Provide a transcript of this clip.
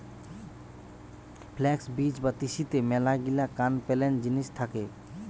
flux বীজ বা তিসিতে মেলাগিলা কান পেলেন জিনিস থাকে